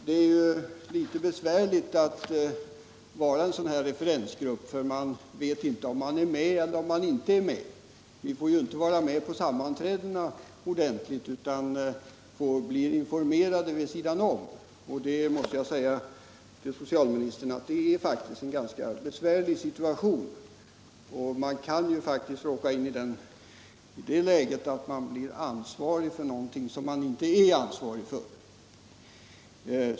Det är litet besvärligt att tillhöra referensgruppen, för man vet inte om man är med eller inte. Vi får inte vara med på sammanträdena utan blir informerade vid sidan om. Jag måste säga till socialministern att det är en ganska besvärlig situation. Man kan faktiskt råka komma i det läget att man blir ansvarig — psykologiskt sett — för någonting som man inte är ansvarig för.